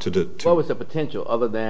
to deal with the potential other than